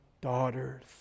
daughters